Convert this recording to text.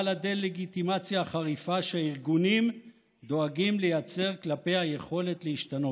הדה-לגיטימציה שהארגונים דואגים לייצר כלפי היכולת להשתנות.